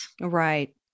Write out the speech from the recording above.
right